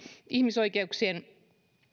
ihmisoikeuksien